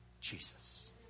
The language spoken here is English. Jesus